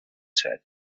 said